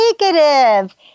negative